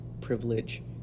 privilege